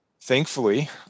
Thankfully